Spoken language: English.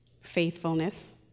faithfulness